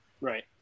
Right